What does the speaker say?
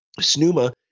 SNUMA